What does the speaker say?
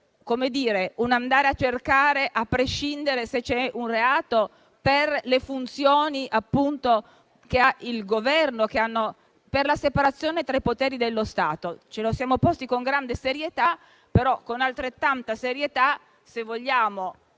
palesare un andare a cercare a prescindere dalla sussistenza di un reato, per le funzioni che ha il Governo e per la separazione tra i poteri dello Stato. Ce lo siamo posti con grande serietà; però con altrettanta serietà, se vogliamo